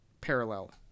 parallel